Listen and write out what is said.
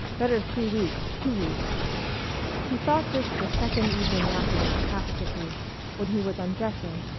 better three weeks, two weeks he thought this the second evening after the catastrophe when he was undressing,